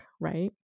right